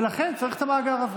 ולכן צריך מאגר כזה.